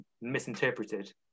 misinterpreted